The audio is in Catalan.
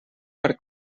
per